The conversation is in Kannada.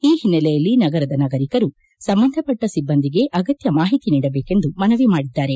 ಈ ಹಿನ್ನೆಲೆಯಲ್ಲಿ ನಗರದ ನಾಗರೀಕರು ಸಂಬಂಧಪಟ್ಟ ಸಿಬ್ಬಂದಿಗೆ ಅಗತ್ತ ಮಾಹಿತಿ ನೀಡಬೇಕೆಂದು ಮನವಿ ಮಾಡಿದ್ದಾರೆ